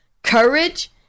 Courage